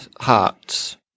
hearts